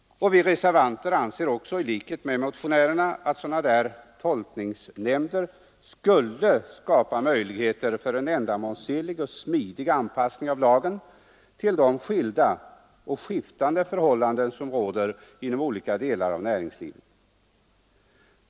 Vi reservanter anser, i likhet med motionärerna, att sådana tolkningsnämnder skulle skapa möjligheter för en ändamålsenlig och smidig anpassning av lagen till de skiftande förhållanden som råder inom olika delar av näringslivet.